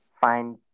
find